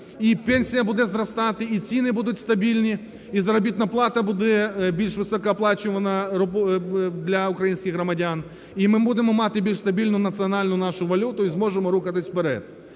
і пенсія буде зростати, і ціни будуть стабільні, і заробітна плата буде більш високооплачувана для українських громадян, і ми будемо мати більш стабільну національну нашу валюту і зможемо рухатися вперед.